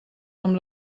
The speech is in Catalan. amb